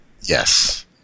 yes